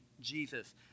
Jesus